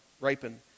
Ripen